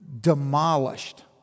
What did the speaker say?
demolished